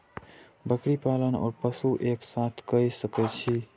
बकरी पालन ओर पशु एक साथ कई सके छी?